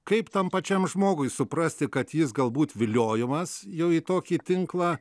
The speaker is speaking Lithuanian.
kaip tam pačiam žmogui suprasti kad jis galbūt viliojamas jau į tokį tinklą